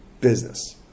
business